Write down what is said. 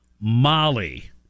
molly